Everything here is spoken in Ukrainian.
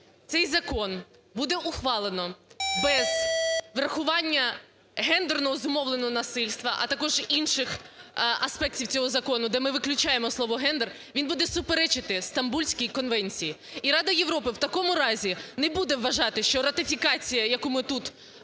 цей закон буде ухвалено без врахування гендерного зумовленого насильства, а також інших аспектів цього закону, де ми виключаємо слово "гендер", він буде суперечити Стамбульській конвенції. І Рада Європи в такому разі не буде вважати, що ратифікація, яку ми тут